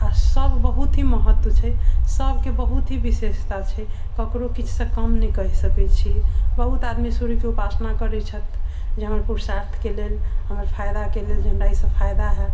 आ सभ बहुत ही महत्व छै सभके बहुत ही विशेषता छै ककरो किछुसँ कम नहि कहि सकै छी बहुत आदमी सूर्य के उपासना करै छथि जे हमर पुरुषार्थ के लेल हमर फाइदा के लेल जे हमरा हिसे फाइदा हैत